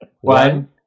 One